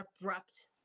abrupt